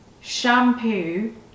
shampoo